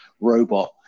robot